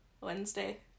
Wednesday